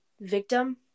victim